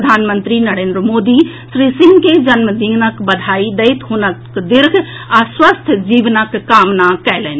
प्रधानमंत्री नरेन्द्र मोदी श्री सिंह के जन्मदिनक बधाई दैत हुनकर दीर्घ आ स्वस्थ जीवनक कामना कएलनि